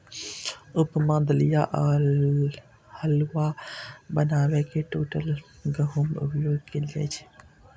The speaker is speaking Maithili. उपमा, दलिया आ हलुआ बनाबै मे टूटल गहूमक उपयोग कैल जाइ छै